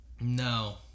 No